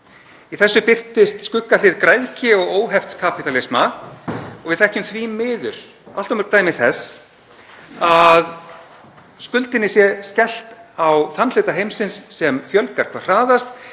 Í þessu birtist skuggahlið græðgi og óhefts kapítalisma og við þekkjum því miður allt of mörg dæmi þess að skuldinni sé skellt á þann hluta heimsins sem fjölgar hvað hraðast